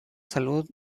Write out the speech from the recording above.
salud